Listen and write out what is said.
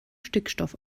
stickstoff